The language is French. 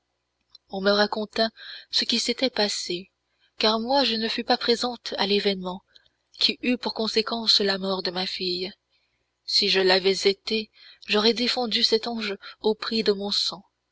on me raconta ce qui s'était passé car moi je ne fus pas présente à l'événement qui eut pour conséquence la mort de ma fille si je l'avais été j'aurais défendu cet ange au prix de mon sang